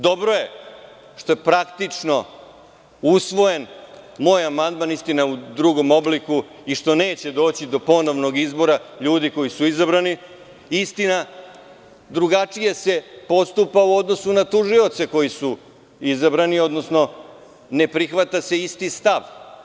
Dobro je što je praktično usvojen moj amandman, istina u drugom obliku i što neće doći do ponovnog izbora ljudi koji su izabrani, istina, drugačije se postupa u odnosu na tužioce koji su izabrani, odnosno ne prihvata se isti stav.